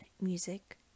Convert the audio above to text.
music